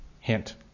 hint